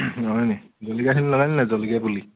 হয়নি জলকীয়াখিনি লগালিনে জলকীয়া পুলি